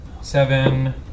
seven